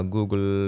Google